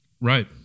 Right